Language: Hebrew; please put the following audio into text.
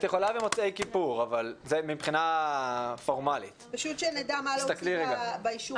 מבחינה פורמלית אפשר במוצאי כיפור.